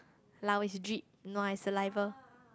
lao is drip nua is saliva